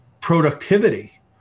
productivity